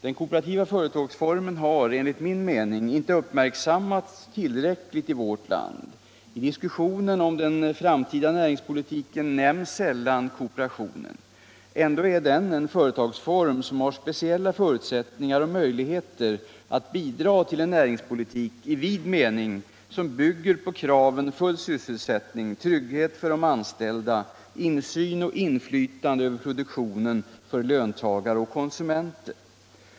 Den kooperativa företagsformen har enligt min mening inte uppmärksammats tillräckligt i vårt land. I diskussionen om den framtida näringspolitiken nämns sällan kooperationen. Ändå är den en företagsform som har speciella förutsättningar och möjligheter att bidra till en näringspolitik i vid mening, som bygger på kraven full sysselsättning, trygghet för de anställda, insyn och inflytande över produktionen för löntagare och konsumenter.